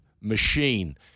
machine